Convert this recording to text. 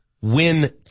Win